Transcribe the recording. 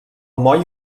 moll